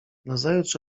nazajutrz